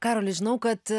karoli žinau kad